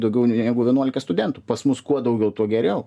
daugiau negu vienuolika studentų pas mus kuo daugiau tuo geriau